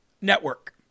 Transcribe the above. network